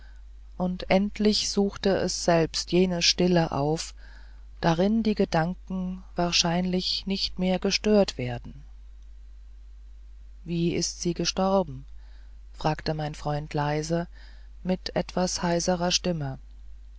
und endlich suchte es selbst jene stille auf darin die gedanken wahrscheinlich nicht mehr gestört werden wie ist sie gestorben fragte mein freund leise mit etwas heiserer stimme